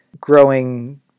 growing